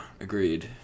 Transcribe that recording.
agreed